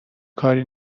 کاری